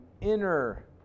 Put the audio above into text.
inner